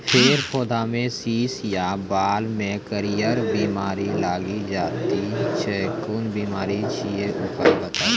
फेर पौधामें शीश या बाल मे करियर बिमारी लागि जाति छै कून बिमारी छियै, उपाय बताऊ?